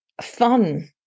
fun